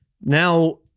now